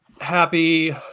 happy